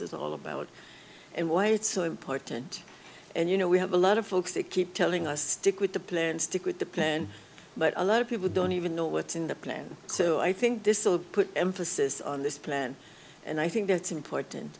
is all about and why it's so important and you know we have a lot of folks to keep telling us stick with the plan and stick with the plan but a lot of people don't even know what's in the plan so i think this will put emphasis on this plan and i think that's important